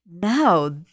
now